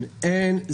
אין.